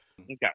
Okay